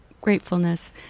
gratefulness